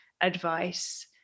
advice